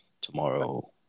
tomorrow